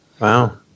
wow